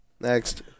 Next